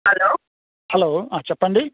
hello చెప్పండి